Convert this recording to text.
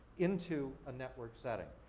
into a network setting.